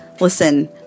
listen